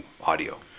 audio